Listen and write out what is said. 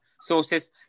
sources